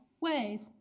ways